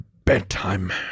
Bedtime